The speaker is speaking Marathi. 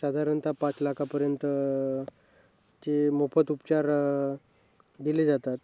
साधारणतः पाच लाखापर्यंत ते मोफत उपचार दिले जातात